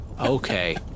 okay